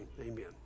Amen